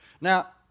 Now